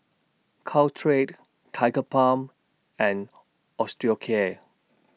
Caltrate Tigerbalm and Osteocare